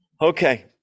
Okay